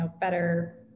better